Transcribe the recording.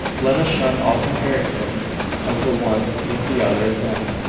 let us shun all comparison of the one with the other of them,